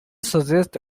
suggest